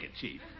Chief